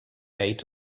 ate